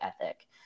ethic